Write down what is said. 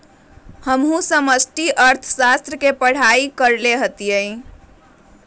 हमहु समष्टि अर्थशास्त्र के पढ़ाई कएले हति